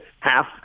half